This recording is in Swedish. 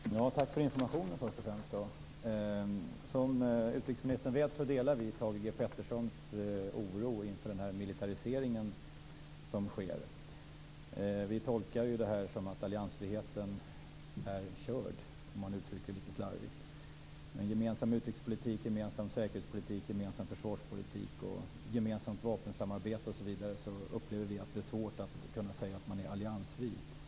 Fru talman! Tack för informationen. Som utrikesministern vet delar vi Thage G Petersons oro inför den militarisering som sker. Vi tolkar detta så att alliansfriheten är körd, om man uttrycker det lite slarvigt. Med en gemensam utrikespolitik, gemensam säkerhetspolitik, gemensam försvarspolitik, gemensamt vapensamarbete osv. upplever vi att det är svårt att säga att man är alliansfri.